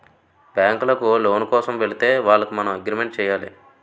బ్యాంకులకు లోను కోసం వెళితే వాళ్లకు మనం అగ్రిమెంట్ చేయాలి